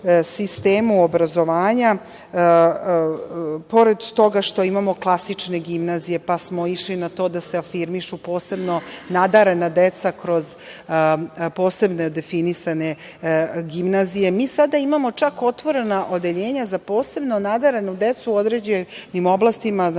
sistemu obrazovanja, pored toga što imamo klasične gimnazije, pa smo išli na to da se afirmišu posebno nadarena deca kroz posebno definisane gimnazije, sada imamo otvorena odeljenja za posebno nadarenu decu u određenim oblastima.